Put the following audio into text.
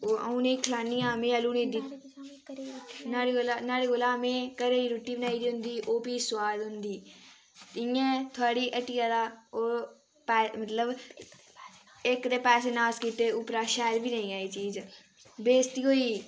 ओह् आ'ऊं उनें गी खलान्नी आं में अल्ली उनें गी दित्ती नुहाड़े कोला नुहाड़े कोला में घरै दी रुट्टी बनाई दी होंदी ओह् फ्ही सोआद होंदी इयां थोआढ़ी हट्टिया दा ओह् मतलब इक ते पैसे नास कीते उप्परा शैल बी नेईं आई चीज बेस्ती होई गेई